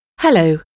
Hello